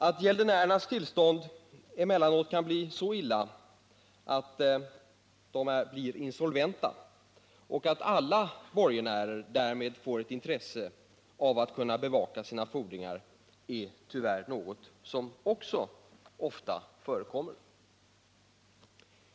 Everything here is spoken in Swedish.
Att en gäldenärs tillstånd emellanåt kan bli så dåligt att han är insolvent och att alla borgenärer därmed får ett intresse av att kunna bevaka sina fordringar är tyvärr också något som ofta förekommer.